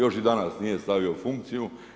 Još i danas nije stavio u funkciju.